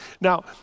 Now